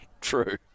True